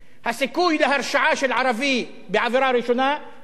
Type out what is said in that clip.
הסיכוי להרשעה של ערבי בעבירה ראשונה היא גדולה,